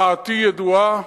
דעתי ידועה: